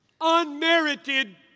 unmerited